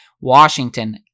Washington